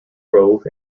grove